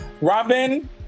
Robin